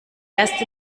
erst